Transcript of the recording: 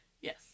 Yes